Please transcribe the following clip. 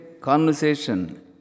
conversation